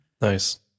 Nice